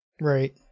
Right